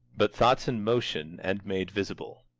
but thoughts in motion and made visible.